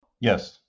Yes